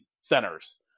centers